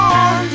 on